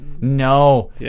No